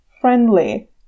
friendly